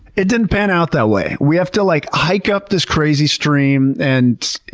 it didn't pan out that way. we have to like hike up this crazy stream and,